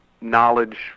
knowledge